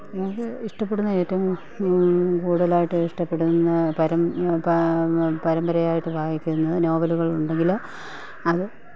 ഞങ്ങൾക്ക് ഇഷ്ടപ്പെടുന്ന ഏറ്റവും കൂടുതലായിട്ട് ഇഷ്ടപ്പെടുന്ന പരം പരമ്പരയായിട്ട് വായിക്കുന്നത് നോവലുകൾ ഉണ്ടെങ്കിൽ അത്